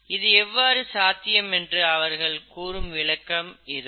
இது எவ்வாறு சாத்தியம் என்று அவர்கள் கூறும் விளக்கம் இதோ